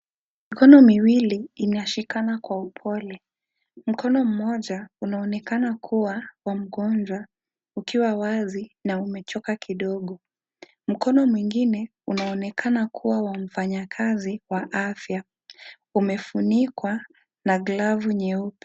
Mkono miwili inashikana kwa upole. Mkono mmoja unaonekana kuwa wa mgonjwa, ukiwa wazi na umechoka kidogo. Mkono mwingine, unaonekana kuwa wa mfanyakazi wa afya. Umefunikwa na glavu nyeupe.